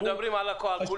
אנחנו מדברים פה על כולן.